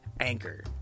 anchor